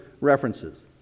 references